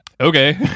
okay